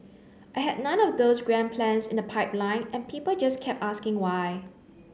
I had none of those grand plans in the pipeline and people just kept asking why